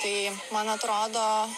tai man atrodo